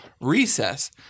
recess